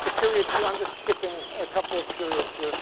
to period two, i'm just skipping a couple of periods here,